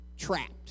trapped